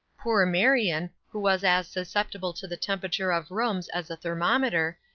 poor marion, who was as susceptible to the temperature of rooms as a thermometer,